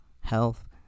health